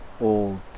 old